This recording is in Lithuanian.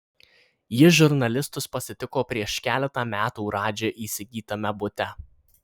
ji žurnalistus pasitiko prieš keletą metų radži įsigytame bute